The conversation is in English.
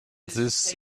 this